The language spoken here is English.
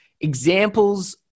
examples